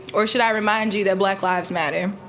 or should i remind you that black lives matter,